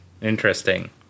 Interesting